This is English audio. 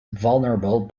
vulnerable